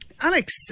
Alex